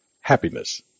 Happiness